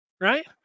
right